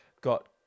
got